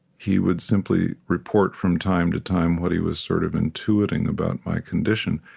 he would simply report, from time to time, what he was sort of intuiting about my condition.